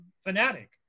fanatic